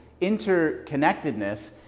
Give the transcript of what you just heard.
interconnectedness